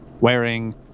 wearing